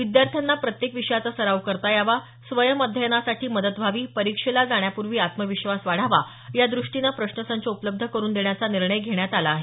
विद्यार्थ्यांना प्रत्येक विषयाचा सराव करता यावा स्वयं अध्ययनासाठी मदत व्हावी परीक्षेला जाण्यापूर्वी आत्मविश्वास वाढावा यादृष्टीनं प्रश्नसंच उपलब्ध करून देण्याचा निर्णय घेण्यात आला आहे